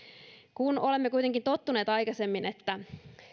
kun olemme kuitenkin tottuneet aikaisemmin että